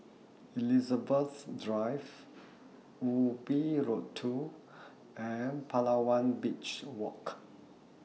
Elizabeth Drive Ubi Road two and Palawan Beach Walk